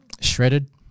shredded